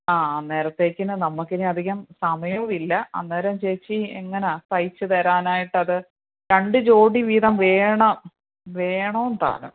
ആ അന്നേരത്തേക്കിന് നമുക്കിനി അധികം സമയമില്ല അന്നേരം ചേച്ചി എങ്ങനാണ് തെയ്ച്ചു തരാനായിട്ടത് ഒരു രണ്ടു ജോഡി വീതം വേണം വേണോം താനും